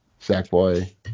Sackboy